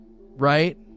right